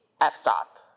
f-stop